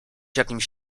jakimś